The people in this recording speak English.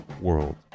world